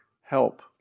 help